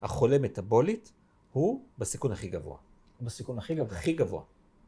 ‫החולה מטבולית הוא בסיכון הכי גבוה. ‫-הוא בסיכון הכי גבוה. הכי גבוה.